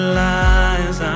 lies